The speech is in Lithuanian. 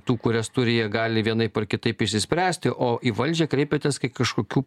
tų kurias turi jie gali vienaip ar kitaip išsispręsti o į valdžią kreipiatės kai kažkokių